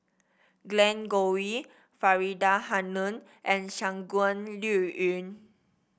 Glen Goei Faridah Hanum and Shangguan Liuyun